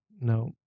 no